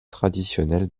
traditionnelles